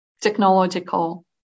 technological